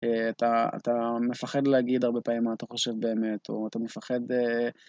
אתה מפחד להגיד הרבה פעמים מה אתה חושב באמת, או אתה מפחד...